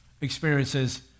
experiences